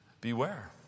beware